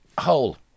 whole